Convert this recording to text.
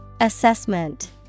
Assessment